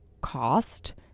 cost